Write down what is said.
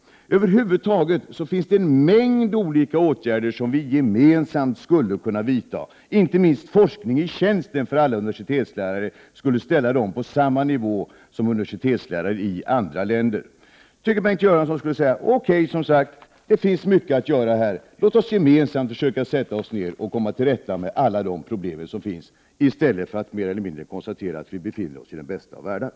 Över huvud taget finns det en mängd olika åtgärder som vi gemensamt skulle kunna vidta. Inte minst forskning i tjänsten för alla universitetslärare skulle ställa dem på samma nivå som universitetslärare i andra länder. I stället för att mer eller mindre konstatera att vi befinner oss i den bästa av världar, borde Bengt Göransson säga: Okej! Det finns mycket att göra här. Låt oss gemensamt försöka sätta oss ner och komma till rätta med alla de problem som finns.